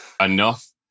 enough